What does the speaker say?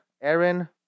Aaron